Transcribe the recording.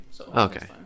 Okay